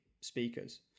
speakers